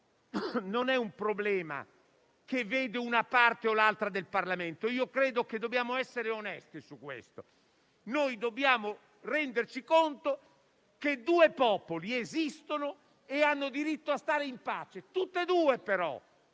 non è un problema che vede una parte o l'altra del Parlamento, credo che dobbiamo essere onesti su questo: dobbiamo renderci conto che due popoli esistono ed entrambi hanno diritto a stare in pace, ma entrambi